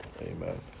amen